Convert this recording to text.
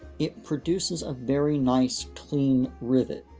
it produces a very nice, clean rivet.